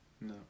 No